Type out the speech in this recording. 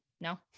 No